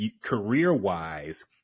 career-wise